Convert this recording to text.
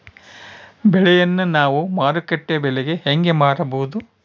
ಬೆಳೆಯನ್ನ ನಾವು ಮಾರುಕಟ್ಟೆ ಬೆಲೆಗೆ ಹೆಂಗೆ ಮಾರಬಹುದು?